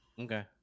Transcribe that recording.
Okay